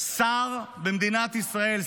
שר במדינת ישראל,